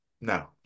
No